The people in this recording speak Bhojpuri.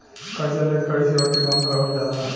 कार्जा लेत घड़ी श्योरिटी बॉण्ड भरवल जाला